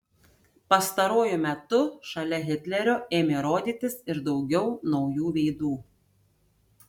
pastaruoju metu šalia hitlerio ėmė rodytis ir daugiau naujų veidų